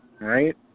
right